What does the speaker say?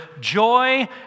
joy